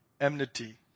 Enmity